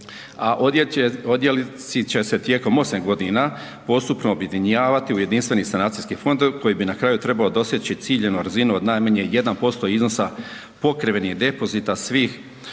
a odjeljci će se tijekom 8 godina postupno objedinjavati u Jedinstveni sanacijski fond koji bi na kraju trebao doseći .../Govornik se ne razumije./... od najmanje 1% iznosa pokrivenih depozita svih